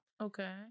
Okay